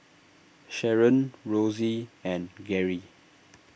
Sherron Rosey and Gary